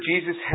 Jesus